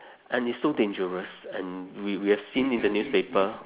and it's so dangerous and we we have seen in the newspaper